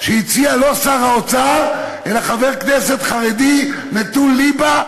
שהציע לא שר האוצר אלא חבר כנסת חרדי נטול ליבה,